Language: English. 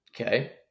Okay